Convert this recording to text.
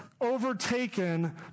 overtaken